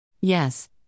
Yes